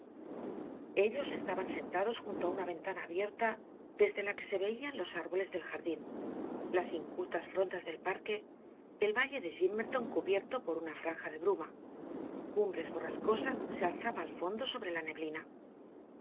ellos estaban sentados junto a una ventana abierta desde la que se veían los árboles del jardín las incultas frondas del parque el valle de gimmerton cubierto por una franja de bruma cumbres borrascosas se alzaba al fondo sobre la neblina